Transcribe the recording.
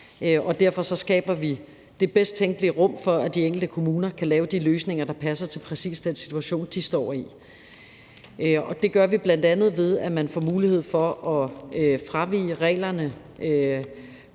Derfor skaber vi det bedst tænkelige rum for, at de enkelte kommuner kan lave de løsninger, der passer til præcis den situation, de står i. Det gør vi bl.a. ved, at man får mulighed for at fravige reglerne